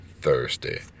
Thursday